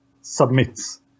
submits